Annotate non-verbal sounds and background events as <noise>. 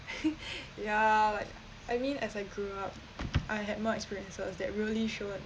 <laughs> ya like I mean as I grew up I had more experiences that really showed